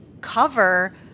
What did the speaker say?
cover